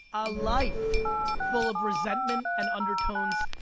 a life full of resentment and undertones,